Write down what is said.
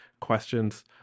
questions